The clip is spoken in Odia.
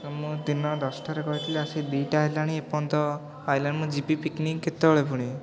ତ ମୁଁ ଦିନ ଦଶଟାରେ କହିଥିଲି ଆସିକି ଦୁଇଟା ହେଲାଣି ଏପର୍ଯ୍ୟନ୍ତ ଆସିଲାନି ମୁଁ ଯିବି ପିକ୍ନିକ୍ କେତେବେଳେ ପୁଣି